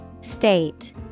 State